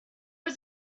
was